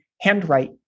handwrite